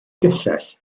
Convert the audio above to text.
gyllell